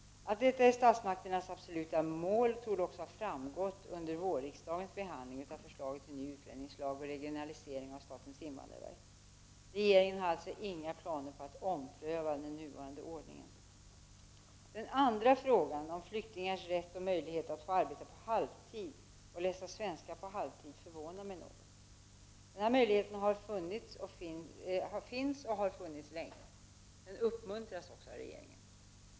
Att detta är statsmakternas absoluta mål torde också ha framgått under vårriksdagens behandling av bl.a. förslaget om ny utlänningslag och regionaliseringen av statens invandrarverk. Regeringen har alltså inga planer på att ompröva den nuvarande ordningen. Den andra frågan, om flyktingars rätt och möjlighet att få arbeta på halvtid och läsa svenska på halvtid, förvånar mig något. Denna möjlighet finns och har funnits länge. Den uppmuntras också av regeringen.